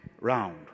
round